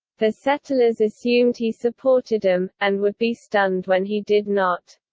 the settlers assumed he supported them, and would be stunned when he did not.